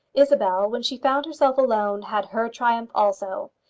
isabel, when she found herself alone, had her triumph also.